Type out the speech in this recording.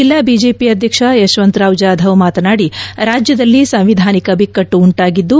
ಜಿಲ್ಲಾ ಬಿಜೆಪಿ ಅಧ್ಯಕ್ಷ ಯಶವಂತರಾವ್ ಜಾಧವ್ ಮಾತನಾಡಿ ರಾಜ್ಯದಲ್ಲಿ ಸಂವಿಧಾನಿಕ ಬಿಕ್ಕಟ್ಟು ಉಂಟಾಗಿದ್ದು